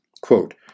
Quote